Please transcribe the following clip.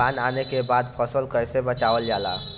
तुफान आने के बाद फसल कैसे बचावल जाला?